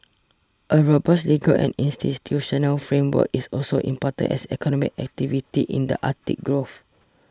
a robust legal and institutional framework is also important as economic activity in the Arctic grows